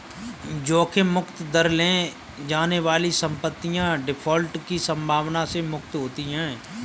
जोखिम मुक्त दर ले जाने वाली संपत्तियाँ डिफ़ॉल्ट की संभावना से मुक्त होती हैं